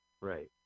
Right